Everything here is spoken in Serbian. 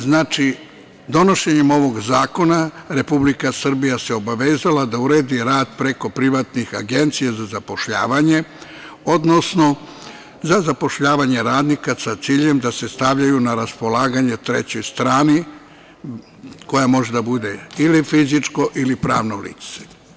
Znači, donošenjem ovog zakona Republika Srbija se obavezala da uredi rad preko privatnih agencija za zapošljavanje, odnosno za zapošljavanje radnika sa ciljem da se stavljaju na raspolaganje trećoj strani, koja može da bude ili fizičko ili pravno lice.